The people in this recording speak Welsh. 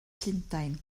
llundain